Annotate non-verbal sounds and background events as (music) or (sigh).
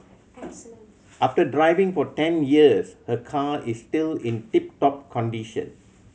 (noise) after driving for ten years her car is still in tip top condition